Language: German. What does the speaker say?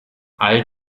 all